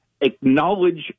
acknowledge